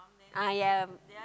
ayam